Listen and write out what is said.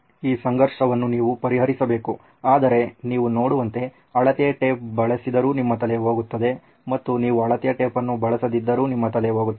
ಈ ಸಂಘರ್ಷವನ್ನು ನೀವು ಪರಿಹರಿಸಬೇಕು ಆದರೆ ನೀವು ನೋಡುವಂತೆ ಅಳತೆ ಟೇಪ್ ಬಳಸಿದರೂ ನಿಮ್ಮ ತಲೆ ಹೋಗುತ್ತದೆ ಮತ್ತು ನೀವು ಅಳತೆ ಟೇಪ್ ಅನ್ನು ಬಳಸದಿದ್ದರೂ ನಿಮ್ಮ ತಲೆ ಹೋಗುತ್ತದೆ